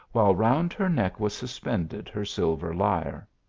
while round her neck was suspended her silver lyre.